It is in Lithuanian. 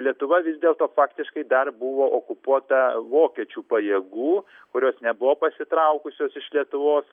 lietuva vis dėlto faktiškai dar buvo okupuota vokiečių pajėgų kurios nebuvo pasitraukusios iš lietuvos